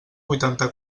vuitanta